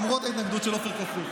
למרות ההתנגדות של עופר כסיף.